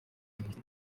facebook